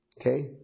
Okay